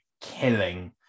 killing